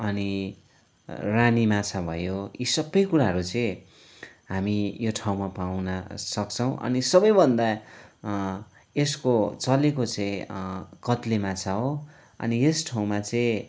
अनि रानी माछा भयो यी सबै कुराहरू चाहिँ हामी यो ठाउँमा पाउन सक्छौँ अनि सबैभन्दा यसको चलेको चाहिँ कत्ले माछा हो अनि यस ठाउँमा चाहिँ